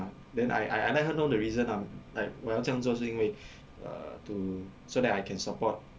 ya then I I I let her know the reason ah like 我要这样做是因为 uh to so that I can support